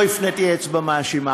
לא הפניתי אצבע מאשימה,